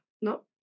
no